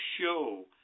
show